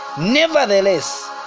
Nevertheless